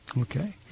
Okay